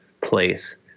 place